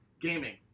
gaming